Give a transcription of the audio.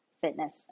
fitness